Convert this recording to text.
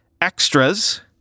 extras